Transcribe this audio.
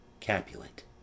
Capulet